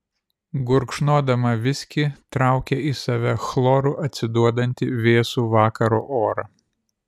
gurkšnodama viskį traukė į save chloru atsiduodantį vėsų vakaro orą